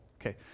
Okay